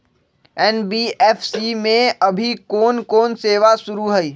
NBFC में अभी कोन कोन सेवा शुरु हई?